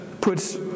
puts